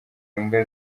imbwa